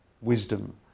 wisdom